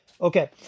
Okay